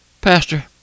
Pastor